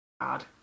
God